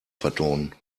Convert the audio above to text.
vertonen